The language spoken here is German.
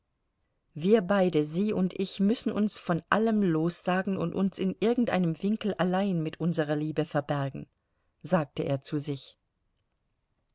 wir beide sie und ich müssen uns von allem lossagen und uns in irgendeinem winkel allein mit unserer liebe verbergen sagte er zu sich